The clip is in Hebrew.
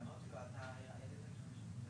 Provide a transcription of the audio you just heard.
אני אומר שני דברים.